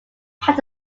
pat